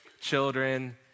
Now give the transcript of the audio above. children